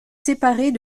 séparée